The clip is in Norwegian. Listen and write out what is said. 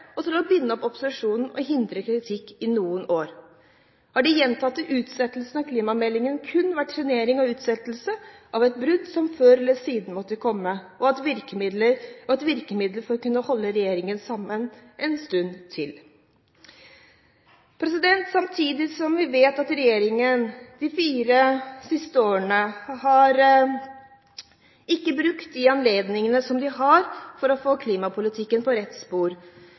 og for å binde opp opposisjonen og hindre kritikk i noen år? Har de gjentatte utsettelsene av klimameldingen kun vært trenering og utsettelse av et brudd som før eller siden måtte komme, og et virkemiddel for å kunne holde regjeringen samlet en stund til? Samtidig som vi vet at regjeringen i de fire siste årene ikke har brukte de anledningene de har for å få klimapolitikken på